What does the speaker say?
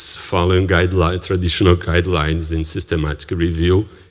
follow guidelines, traditional guidelines, and systematic review,